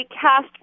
cast